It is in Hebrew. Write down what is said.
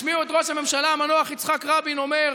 השמיעו את ראש הממשלה המנוח יצחק רבין אומר: